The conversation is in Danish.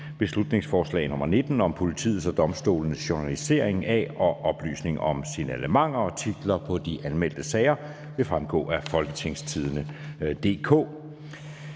folketingsbeslutning om politiets og domstolenes journalisering af og oplysning om signalementer). Titlerne på de anmeldte sager vil fremgå af www.folketingstidende.dk